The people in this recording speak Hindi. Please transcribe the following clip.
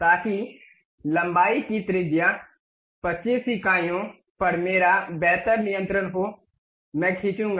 ताकि लंबाई की त्रिज्या 25 इकाइयों पर मेरा बेहतर नियंत्रण हो मैं खीचूंगा